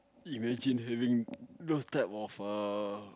imagine having those type of err